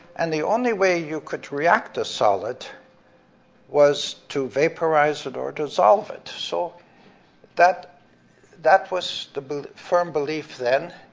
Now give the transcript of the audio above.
and the only way you could react a solid was to vaporize it or dissolve it, so that that was the but firm belief then.